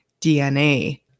DNA